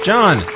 John